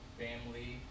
family